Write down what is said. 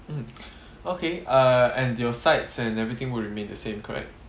mm okay uh and your sides and everything will remain the same correct